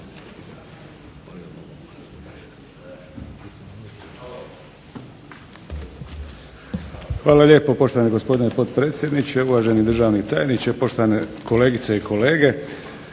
Hvala lijepo. Poštovani gospodine potpredsjedniče, uvaženi državni tajniče, kolegice i kolege.